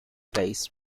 place